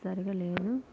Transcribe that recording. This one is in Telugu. సరిగా లేదు